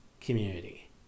community